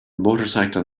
motorcycle